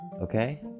okay